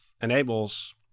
enables